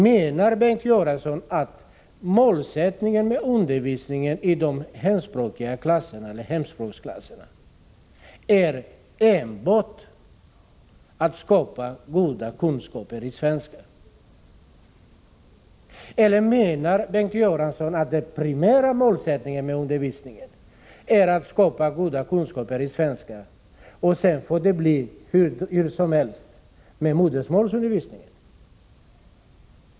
Menar Bengt Göransson att målsättningen för undervisningen i hemspråksklasserna enbart är att skapa goda kunskaper i svenska? Eller menar Bengt Göransson att den primära målsättningen med undervisningen är att skapa goda kunskaper i svenska och att det sedan får bli hur som helst med modersmålsundervisningen?